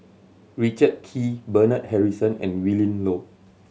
Richard Kee Bernard Harrison and Willin Low